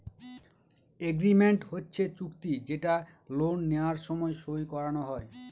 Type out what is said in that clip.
agreement হচ্ছে চুক্তি যেটা লোন নেওয়ার সময় সই করানো হয়